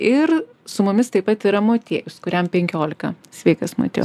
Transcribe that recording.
ir su mumis taip pat yra motiejus kuriam penkiolika sveikas motiejau